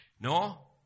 No